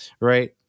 right